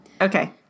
Okay